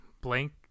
blank